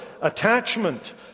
attachment